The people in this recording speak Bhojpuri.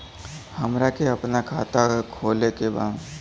हमरा के अपना खाता खोले के बा?